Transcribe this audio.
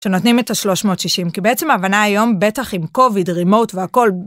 שנותנים את השלוש מאות שישים כי בעצם ההבנה היום בטח עם קוביד רימוט והכל.